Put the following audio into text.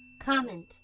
comment